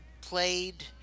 played